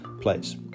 place